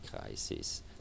crisis